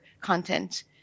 content